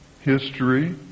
history